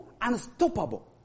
unstoppable